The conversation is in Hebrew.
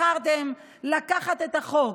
בחרתם לקחת את החוק,